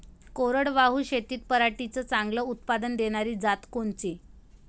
कोरडवाहू शेतीत पराटीचं चांगलं उत्पादन देनारी जात कोनची?